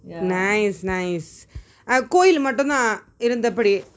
nice nice கோவிலை மட்டும் தான் இருந்த அப்பிடி:kovila matum thaan iruntha apidi